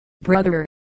brother